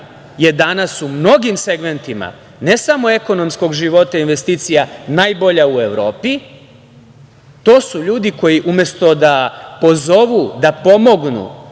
je danas u mnogim segmentima, ne samo ekonomskog života investicija, najbolja u Evropi. To su ljudi koji umesto da pozovu, da pomognu